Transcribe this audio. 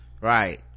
right